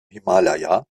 himalaya